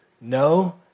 No